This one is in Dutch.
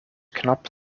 knap